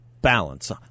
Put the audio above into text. BALANCE